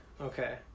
Okay